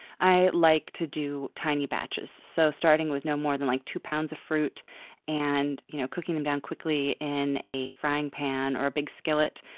i like to do tiny batches, so starting with no more than like two pounds of fruit and you know cooking them down quickly in a frying pan or a big skillet.